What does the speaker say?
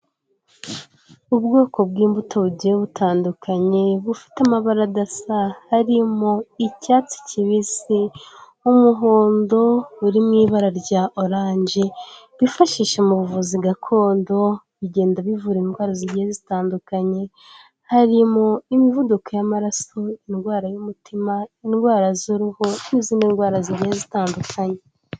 Ubwoko bw'imbuto bugiye butandukanye, bufite amabara adasa, harimo icyatsi kibisi, umuhondo uri mu ibara rya oranje bifashisha mu buvuzi gakondo, bigenda bivura indwara zigiye zitandukanye, harimo imivuduko y'amaraso, indwara y'umutima, indwara z'uruhu n'izindi ndwara zigenda zitandukanye.